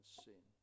sin